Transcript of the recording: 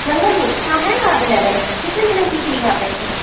जंगल book हाँ है ना अवेलेबल कितने दिनों के लिए चाहिए आपको